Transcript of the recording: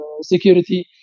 security